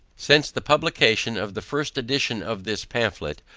since the publication of the first edition of this pamphlet,